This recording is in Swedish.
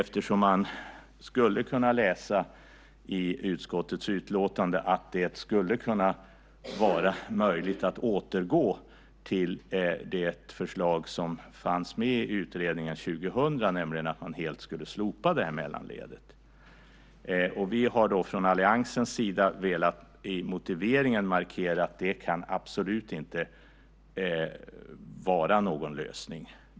Man kan nämligen läsa utskottets utlåtande som att det skulle kunna vara möjligt att återgå till det förslag som fanns med i utredningen 2000, nämligen att helt slopa det här mellanledet. Från alliansens sida har vi i motiveringen velat markera att detta absolut inte kan vara någon lösning.